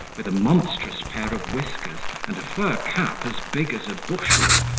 with a monstrous pair of whiskers, and fur cap as big as a bushel,